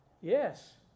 Yes